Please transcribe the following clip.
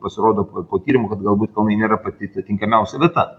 pasirodo patyrėm kad galbūt kalnai nėra pati tinkamiausia vieta